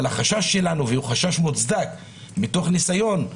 אבל החשש שלנו, והוא חשש מוצדק מתוך ניסיון,